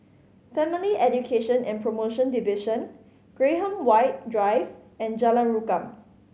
Family Education and Promotion Division Graham White Drive and Jalan Rukam